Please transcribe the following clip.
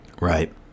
Right